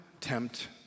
tempt